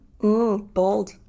bold